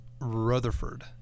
Rutherford